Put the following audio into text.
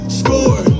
score